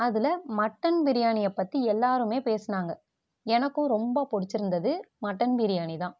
அதில் மட்டன் பிரியாணியை பற்றி எல்லோருமே பேசினாங்க எனக்கும் ரொம்ப பிடிச்சிருந்துது மட்டன் பிரியாணிதான்